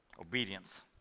Obedience